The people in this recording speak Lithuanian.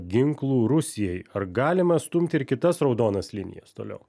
ginklų rusijai ar galima stumti ir kitas raudonas linijas toliau